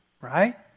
Right